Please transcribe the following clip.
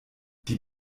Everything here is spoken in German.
die